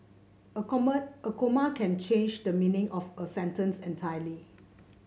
a comma can change the meaning of a sentence entirely